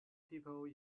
people